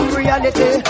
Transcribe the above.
reality